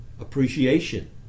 appreciation